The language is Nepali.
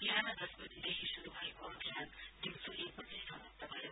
विहान दस बजेदेखि शुरू भएको अभियान दिँउसो एक बजी समाप्त भयो